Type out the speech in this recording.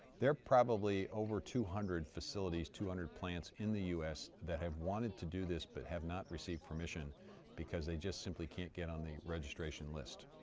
there are probably over two hundred facilities, two hundred plants in the u s. that have wanted to do this but have not received permission because they just simply can't get on the registration list.